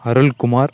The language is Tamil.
அருள்குமார்